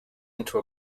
into